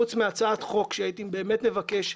שחוץ מהצעת חוק שהייתי באמת מבקש,